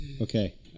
Okay